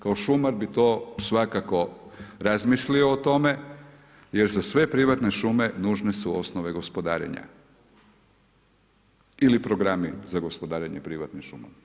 Kao šumar bi to svakako razmislio o tome, jer za sve privatne šume nužne su osnove gospodarenja ili programi za gospodarenje privatnim šumama.